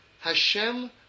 Hashem